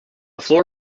floor